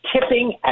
Tipping